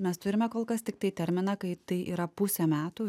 mes turime kol kas tiktai terminą kai tai yra pusę metų